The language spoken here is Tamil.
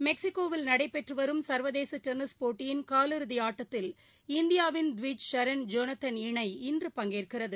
மெக்சிகோவில் நடைபெற்றுவரும் சர்வதேசடென்னிஸ் போட்டியின் காலிறதிஆட்டத்தில் இந்தியாவின் டிவிச் சரண் இஸ்ரேலின் ஜோனத்தன் இணை இன்று பங்கேற்கிறது